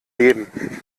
leben